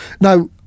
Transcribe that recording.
Now